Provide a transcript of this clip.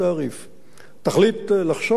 תחליט לחסוך, בבקשה.